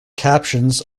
captions